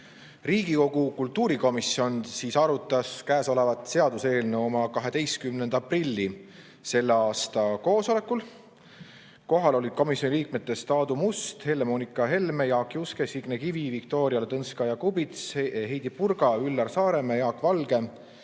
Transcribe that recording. Riigikogu kultuurikomisjon arutas käesolevat seaduseelnõu oma 12. aprilli selle aasta koosolekul. Kohal olid komisjoni liikmetest Aadu Must, Helle-Moonika Helme, Jaak Juske, Signe Kivi, Viktoria Ladõnskaja-Kubits, Heidy Purga, Üllar Saaremäe, Jaak Valge,